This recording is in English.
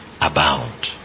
abound